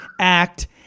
act